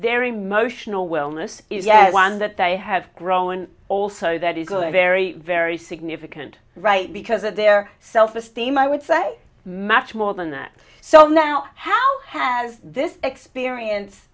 their emotional will know this is one that they have grown and also that is good very very significant right because of their self esteem i would say much more than that so now how has this experience